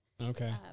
Okay